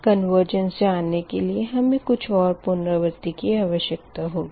convergence जानने के लिए हमें कुछ और पुनरावर्ती की आवश्यकता होगी